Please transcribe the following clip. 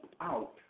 out